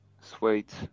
sweet